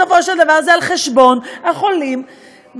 בסופו של דבר זה על חשבון החולים בצפון.